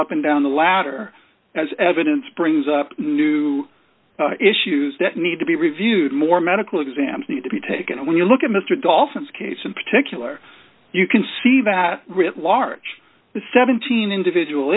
up and down the ladder as evidence brings up new issues that need to be reviewed more medical exams need to be taken and when you look at mr dolphins case in particular you can see that writ large seventeen individual